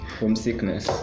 homesickness